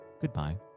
goodbye